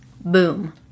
Boom